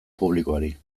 publikoari